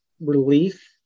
relief